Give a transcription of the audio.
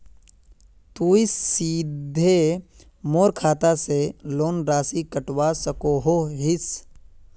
तुई सीधे मोर खाता से लोन राशि कटवा सकोहो हिस?